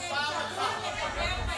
דז'ה וו לגבי,